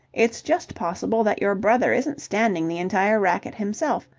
it's just possible that your brother isn't standing the entire racket himself.